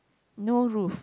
no roof